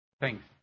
Thanks